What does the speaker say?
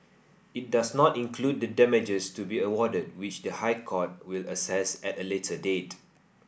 it does not include the damages to be awarded which the High Court will assess at a later date